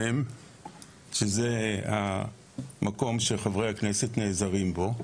שבו נעזרים חברי הכנסת,